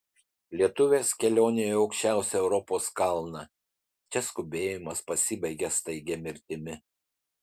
lietuvės kelionė į aukščiausią europos kalną čia skubėjimas pasibaigia staigia mirtimi